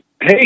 hey